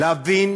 להבין